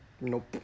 Nope